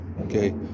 okay